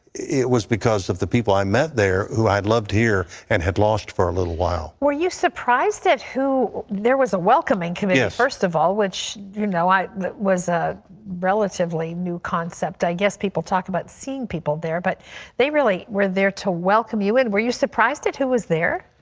it was because of the people i met there who i'd loved here and had lost for a little while. were you surprised at who, there was a welcoming committee, ah first of all. which you know i was ah relatively new concept, i guess. people talk about seeing people there. but they really were there to welcome you. were you surprised who was there?